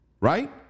right